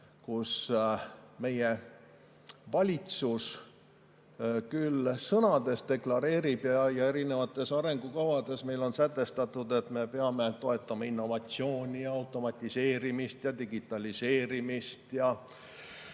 kus meie valitsus küll sõnades deklareerib ja erinevates arengukavades on meil sätestatud, et me peame toetama innovatsiooni, automatiseerimist, digitaliseerimist ja